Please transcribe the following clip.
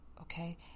Okay